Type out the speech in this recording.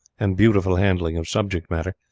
and beautiful handling of subject-matter,